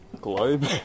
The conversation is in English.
globe